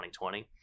2020